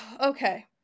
Okay